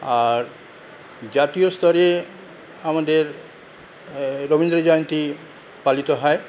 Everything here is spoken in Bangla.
আর জাতীয় স্তরে আমাদের রবীন্দ্রজয়ন্তী পালিত হয়